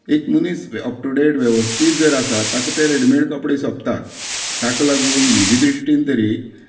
एक मनीस अपटूडेट वेवस्थीत जर आसा ताका तें रेडिमेड कपडे सोबतात ताका लागून म्हजी दृश्टीन तरी